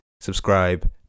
subscribe